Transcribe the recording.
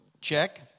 Check